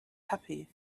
happy